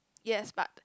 yes but